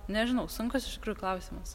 nežinau sunkus iš tikrųjų klausimas